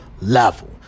level